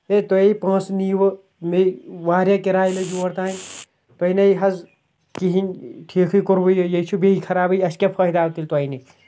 ہَے تۄہہِ ہَے پۅنٛسہٕ نیٖوٕ مےٚ واریاہ کِراے لٔج اور تانۍ تۄہہِ نے حظ کِہیٖنٛۍ ٹھیٖکٕے کوٚروٕ یہِ یے چھُ بیٚیہِ خرابٕے اَسہِ کیٛاہ فٲیدٕ آو تیٚلہِ تۄہہِ نِش